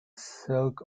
silk